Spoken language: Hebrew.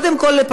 קודם כול,